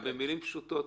במילים פשוטות,